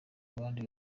abandi